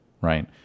right